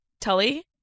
Tully